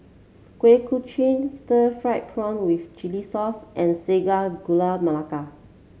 Kuih Kochi Stir Fried Prawn with Chili Sauce and Sago Gula Melaka